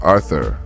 Arthur